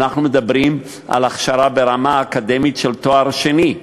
אנחנו מדברים על הכשרה ברמה אקדמית של תואר שני.